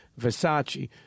Versace